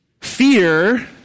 Fear